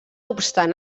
obstant